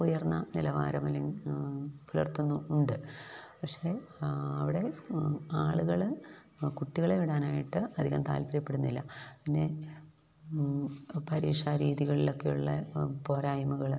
ഉയർന്ന നിലവാരം പുലർത്തുന്നുണ്ട് പക്ഷേ അവിടെ ആളുകള് കുട്ടികളെ വിടാനായിട്ട് അധികം താല്പര്യപ്പെടുന്നില്ല പിന്നെ പരീക്ഷ രീതികളിലൊക്കെയുള്ള പോരായ്മകള്